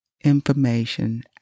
information